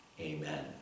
Amen